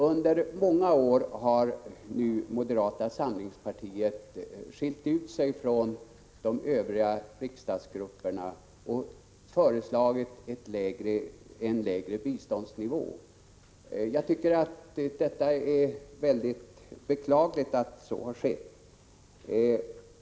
Under många år har nu moderata samlingspartiet skilt ut sig från de övriga riksdagsgrupperna och föreslagit en lägre biståndsnivå. Det är beklagligt att så har skett.